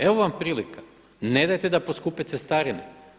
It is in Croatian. Evo vam prilika, nemojte da poskupe cestarine.